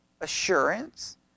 assurance